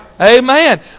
amen